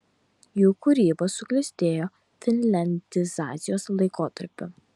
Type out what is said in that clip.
jų kūryba suklestėjo finliandizacijos laikotarpiu